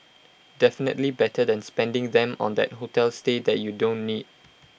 definitely better than spending them on that hotel stay that you don't need